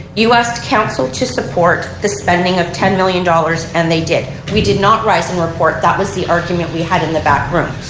you asked council to support the spending of ten million dollars and they did. we did not rightson report that was the argument we had in the back room.